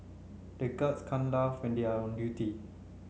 the guards can't laugh when they are on duty